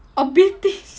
obetes